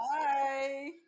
Bye